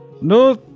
No